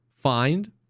find